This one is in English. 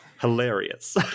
hilarious